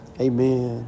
Amen